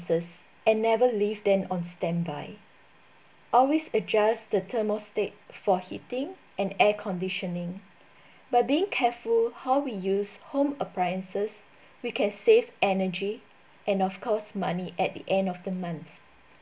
and never leave them on standby always adjust the thermal state for heating and air conditioning by being careful how we use home appliances we can save energy and of course money at the end of the month